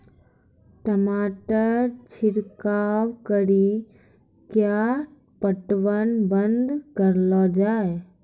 टमाटर छिड़काव कड़ी क्या पटवन बंद करऽ लो जाए?